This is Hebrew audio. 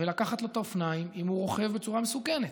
ולקחת לו את האופניים אם הוא רוכב בצורה מסוכנת.